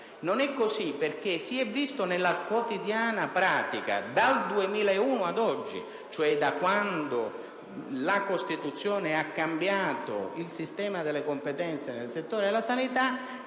non è così: si è verificato nella quotidiana pratica, dal 2001 ad oggi, cioè da quando la Costituzione ha cambiato il sistema delle competenze nel settore della sanità,